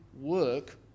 work